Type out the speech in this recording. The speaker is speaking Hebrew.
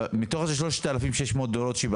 אני לא מתחבא מול משרד האוצר; אני עומד מול הציבור,